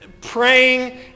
praying